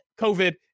COVID